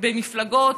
בין מפלגות,